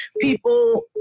people